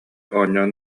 оонньоон